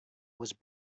was